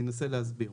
אני אנסה להסביר.